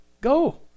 Go